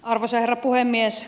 arvoisa herra puhemies